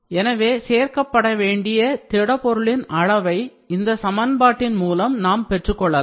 எனவே சேர்க்கப்பட வேண்டிய திடப்பொருளின் அளவை இந்த சமன்பாட்டின் மூலம் நாம் பெற்றுக் கொள்ளலாம்